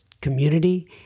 community